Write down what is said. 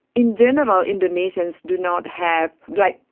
in general, indonesians do not have, like,